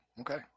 Okay